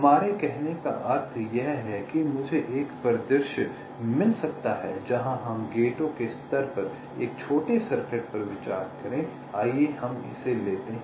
हमारे कहने का अर्थ यह है कि मुझे एक परिदृश्य मिल सकता है जहाँ हम गेटों के स्तर पर एक छोटे सर्किट पर विचार करें आइए हम इसे लेते हैं